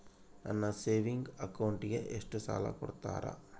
ನನ್ನ ಸೇವಿಂಗ್ ಅಕೌಂಟಿಗೆ ಎಷ್ಟು ಸಾಲ ಕೊಡ್ತಾರ?